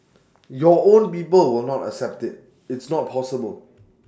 your own people will not accept IT it's not possible